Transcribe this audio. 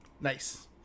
Nice